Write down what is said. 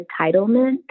entitlement